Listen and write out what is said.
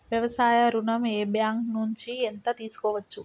వ్యవసాయ ఋణం ఏ బ్యాంక్ నుంచి ఎంత తీసుకోవచ్చు?